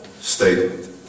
statement